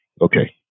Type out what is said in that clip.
Okay